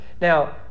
Now